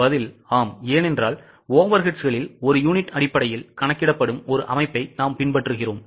பதில் ஆம் ஏனென்றால் overheadகளில் ஒரு யூனிட் அடிப்படையில் கணக்கிடப்படும் ஒரு அமைப்பை நாம் பின்பற்றுகிறோம்